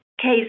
Case